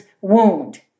wound